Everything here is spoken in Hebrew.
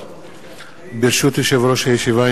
ברשות יושב-ראש הישיבה,